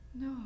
no